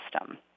system